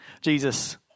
Jesus